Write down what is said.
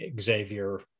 Xavier